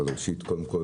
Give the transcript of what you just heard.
אבל ראשית כל,